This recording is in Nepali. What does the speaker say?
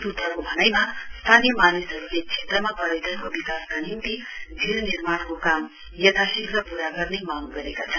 सूत्रको भनाइमा स्थानीय मानिसहरुले क्षेत्रमा पर्यटनको विकासका निम्ति झील निर्माणको काम यथाशीघ्र पूरा गर्ने मांग गरेका छन्